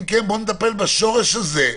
אם כן, בוא נטפל בשורש הזה,